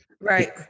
right